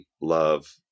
love